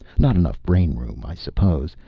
not enough brain-room, i suppose.